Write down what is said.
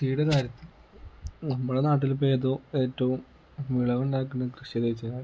കൃഷിയുടെ കാര്യത്തിൽ നമ്മുടെ നാട്ടിലിപ്പോൾ ഏതോ ഏറ്റവും വിളവുണ്ടാക്കുന്ന കൃഷിയെന്നു ചോദിച്ചു കഴിഞ്ഞാൽ